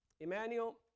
Emmanuel